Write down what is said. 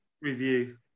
review